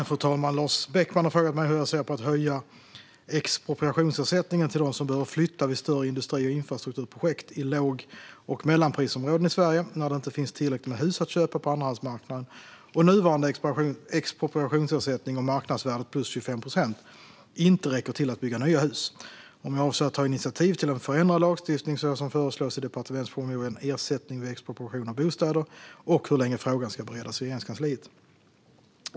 Fru talman! Lars Beckman har frågat mig hur jag ser på att höja expropriationsersättningen till dem som behöver flytta vid större industri och infrastrukturprojekt i låg och mellanprisområden i Sverige när det inte finns tillräckligt med hus att köpa på andrahandsmarknaden och nuvarande expropriationsersättning om marknadsvärdet plus 25 procent inte räcker till att bygga nya hus, om jag avser att ta initiativ till en förändrad lagstiftning så som föreslås i departementspromemorian Ersättning vid expropriation av bostäder och hur länge frågan ska beredas i Regeringskansliet.